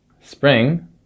Spring